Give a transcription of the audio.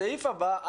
הסעיף הבא,